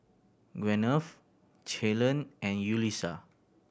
Gwyneth Ceylon and Yulisa